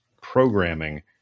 programming